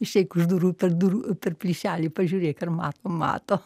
išeik už durų per durų plyšelį pažiūrėk ar mato mato